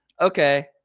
Okay